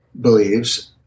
believes